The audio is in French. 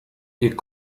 est